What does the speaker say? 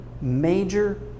major